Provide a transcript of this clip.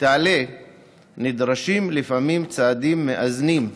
תעלה נדרשים לפעמים צעדים מאזנים,